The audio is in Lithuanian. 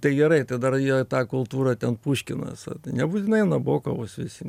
tai gerai tai dar jie tą kultūrą ten puškinas nebūtinai nabokovas visi